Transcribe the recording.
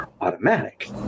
automatic